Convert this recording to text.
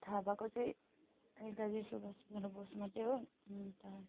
थाहा भएको चाहिँ नेताजी सुभाषचन्द्र बोस मात्रै हो अन्त